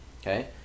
Okay